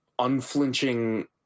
unflinching